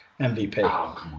MVP